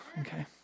Okay